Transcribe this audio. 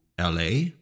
LA